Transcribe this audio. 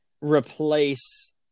replace